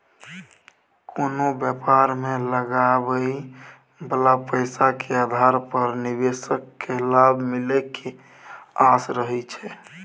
कोनो व्यापार मे लगाबइ बला पैसा के आधार पर निवेशक केँ लाभ मिले के आस रहइ छै